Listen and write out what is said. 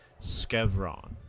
Skevron